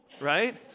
right